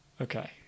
Okay